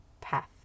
path